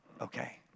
okay